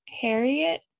Harriet